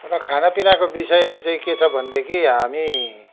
र खाना पिनाको बिषय चाहिँ के छ भनेदेखि हामी